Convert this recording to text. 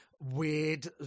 weird